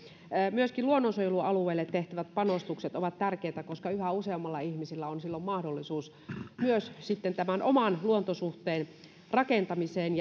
myöskin luonnonsuojelualueelle tehtävät panostukset ovat tärkeitä koska yhä useammilla ihmisillä on silloin mahdollisuus myös oman luontosuhteen rakentamiseen